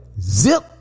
zip